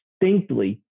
distinctly